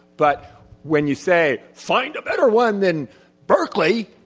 but when you say find a better one than berkeley,